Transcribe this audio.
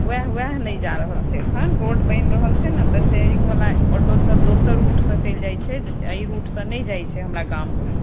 वएह वएह नहि जा रहल छै एखन रोड बनि रहल छै ने त फेयरिंग बला ओ सब दोसर रूट सॅं चलि जाई छै एहि रूट सॅं नहि जाइ छै हमरा गाम होइत